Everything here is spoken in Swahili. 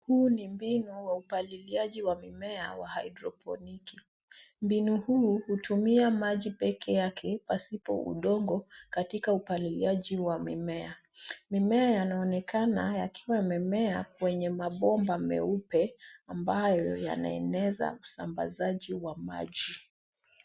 Huu ni mbinu wa upaliliaji wa mimea wa haidroponiki. Mbinu huu hutumia maji peke yake pasipo udongo katika upaliliaji wa mimea. Mimea yanaonekana yakiwa yamemea kwenye mabomba meupe ambayo yanaeneza usambazaji wa maji.